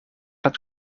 het